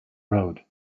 road